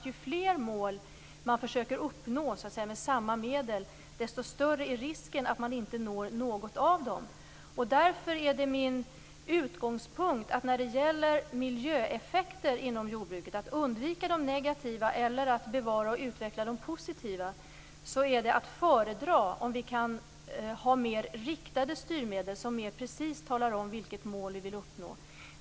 Ju fler mål man försöker uppnå med samma medel, desto större är risken att man inte når något av dem. Därför är det min utgångspunkt att mer riktade styrmedel som mer precist talar om vilket mål vi vill uppnå är att föredra när det gäller att undvika de negativa eller bevara och utveckla de positiva miljöeffekterna inom jordbruket.